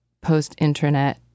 post-internet